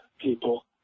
people